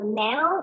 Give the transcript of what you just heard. now